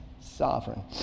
sovereign